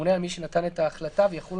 הממונה על מי שנתן את ההחלטה ויחולו